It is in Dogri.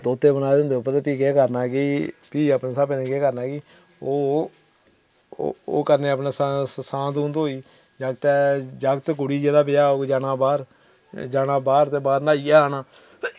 तोते बनाये दे होंदे उप्पर ते फ्ही केह् करना कि फ्ही अपने स्हाबे नै केह् करना कि ओह् ओह् ओह् करने अपने स सांत सूंत होई जगतै जागत कुड़ी जेह्दा ब्याह् होग जाना बाहर ते बाह्र जाना बाह्र ते बाह्र न्हाइयै आना